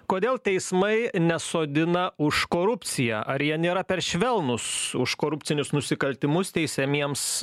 kodėl teismai nesodina už korupciją ar jie nėra per švelnūs už korupcinius nusikaltimus teisiamiems